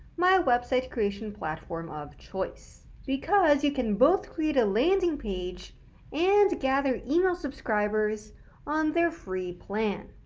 my website creation platform of choice, because you can both create a landing page and gather email subscribers on their free plan.